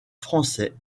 français